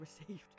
received